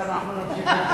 ואנחנו נמשיך,